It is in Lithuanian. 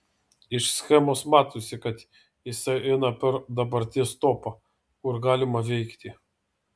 iš schemos matosi kad jisai eina per dabarties topą kur galima veikti